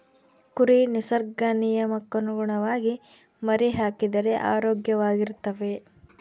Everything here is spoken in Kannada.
ಕುರಿ ನಿಸರ್ಗ ನಿಯಮಕ್ಕನುಗುಣವಾಗಿ ಮರಿಹಾಕಿದರೆ ಆರೋಗ್ಯವಾಗಿರ್ತವೆ